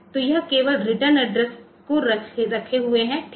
तो यह केवल रिटर्न एड्रेस को रखें हुए है ठीक है